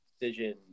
decision